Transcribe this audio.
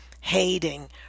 hating